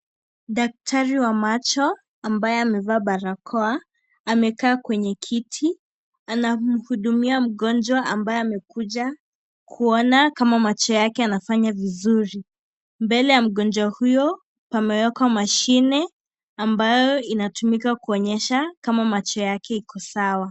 Daktari wa macho ambaye amevaa barakoa. Amekaa kwenye kiti. Anamhudumia mgonjwa ambaye amekuja kuona kama macho yake yanafanya vizuri. Mbele ya mgonjwa huyo, pamewekwa mashine ambayo inatumika kuonyesha kama macho yake iko sawa.